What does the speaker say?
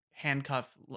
handcuff